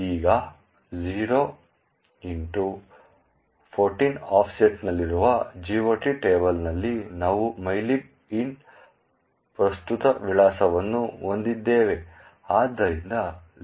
ಈಗ 0x14 ಆಫ್ಸೆಟ್ನಲ್ಲಿರುವ GOT ಟೇಬಲ್ನಲ್ಲಿ ನಾವು mylib int ಪ್ರಸ್ತುತದ ವಿಳಾಸವನ್ನು ಹೊಂದಿದ್ದೇವೆ